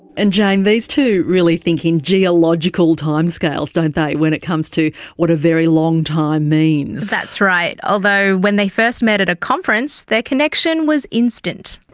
and jane, these two really think in geological timescales, don't they, when it comes to what a very long time means. that's right. although when they first met at a conference, their connection was instant.